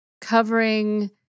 covering